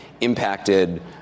impacted